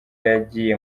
yagiye